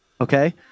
Okay